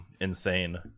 insane